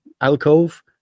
alcove